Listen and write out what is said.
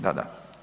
Da, da.